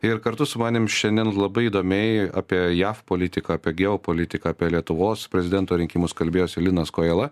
ir kartu su manim šiandien labai įdomiai apie jav politiką apie geopolitiką apie lietuvos prezidento rinkimus kalbėjosi linas kojala